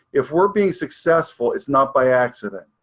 if we're being successful, it's not by accident,